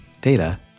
data